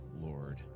lord